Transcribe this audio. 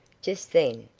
just then,